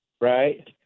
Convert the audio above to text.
right